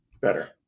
better